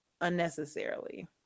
unnecessarily